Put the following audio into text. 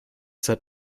seid